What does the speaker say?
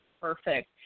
perfect